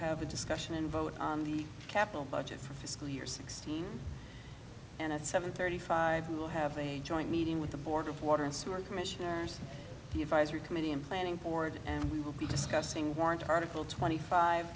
have a discussion and vote on the capital budget for fiscal year sixteen and at seven thirty five we will have a joint meeting with the board of water and sewer commissioners the advisory committee and planning board and we will be discussing warrant article twenty five